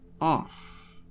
off